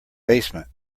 basement